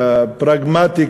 פרגמטי,